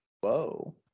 Whoa